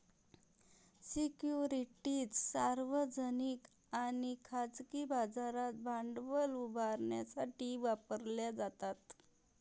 securities सार्वजनिक आणि खाजगी बाजारात भांडवल उभारण्यासाठी वापरल्या जातात